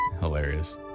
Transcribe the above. Hilarious